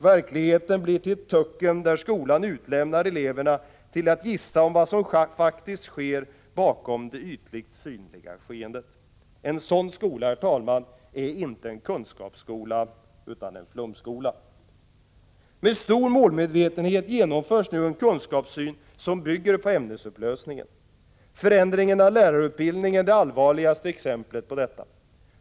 Verkligheten blir till ett töcken där skolan utlämnar eleverna till att gissa om vad som faktiskt sker bakom det ytligt synliga skeendet. En sådan skola, herr talman, är inte en kunskapsskola utan en flumskola. Med stor målmedvetenhet genomförs nu en kunskapssyn som bygger på ämnesupplösningen. Förändringen av lärarutbildningen är det allvarligaste exemplet på detta.